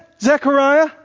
Zechariah